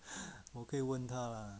我可以问他 lah